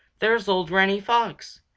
there's old granny fox!